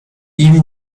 ihm